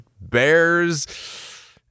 Bears